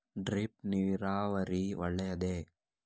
Drip ನೀರಾವರಿ ಒಳ್ಳೆಯದೇ?